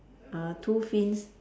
uh two fins